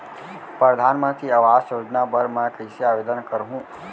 परधानमंतरी आवास योजना बर मैं कइसे आवेदन करहूँ?